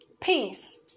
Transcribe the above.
Peace